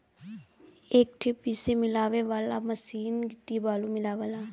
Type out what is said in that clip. एक ठे पीसे मिलावे वाला मसीन गिट्टी बालू मिलावला